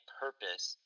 purpose